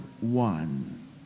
one